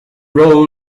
roll